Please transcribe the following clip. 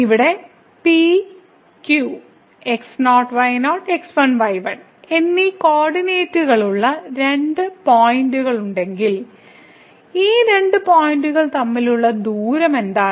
ഇവിടെ P Q എന്നീ x0 y0 x1 y1 കോർഡിനേറ്റുകളുള്ള രണ്ട് പോയിന്റുകൾ ഉണ്ടെങ്കിൽ ഈ രണ്ട് പോയിന്റുകൾ തമ്മിലുള്ള ദൂരം എന്താണ്